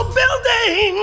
building